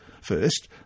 First